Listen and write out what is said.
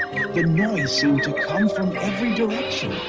the noise seemed to come from every direction